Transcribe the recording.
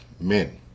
men